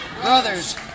Brothers